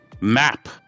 map